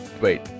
Wait